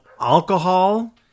alcohol